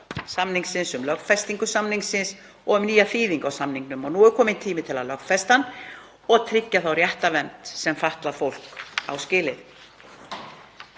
samningsins, um lögfestingu samningsins og um nýja þýðingu á samningnum. Nú er kominn tími til að lögfesta samninginn og tryggja þá réttarvernd sem fatlað fólk á skilið.